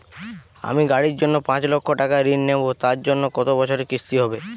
আমি গাড়ির জন্য পাঁচ লক্ষ টাকা ঋণ নেবো তার জন্য কতো বছরের কিস্তি হবে?